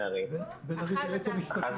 אני